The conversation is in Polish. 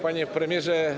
Panie Premierze!